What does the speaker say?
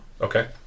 Okay